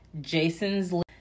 Jason's